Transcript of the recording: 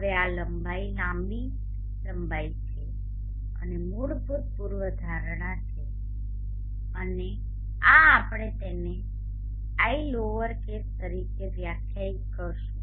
હવે આ લંબાઈ લાંબી લંબાઈ છે અને મૂળભૂત પૂર્વધારણા છે અને આ આપણે તેને l લોઅરકેસ l તરીકે વ્યાખ્યાયિત કરીશું